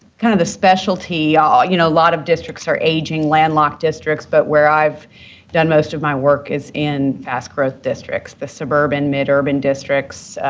kind of the specialty ah you know, a lot of districts are aging, land-locked districts, but where i've done most of my work is in fast growth districts, the suburban, mid-urban districts.